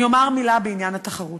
אני אומר מילה בעניין התחרות.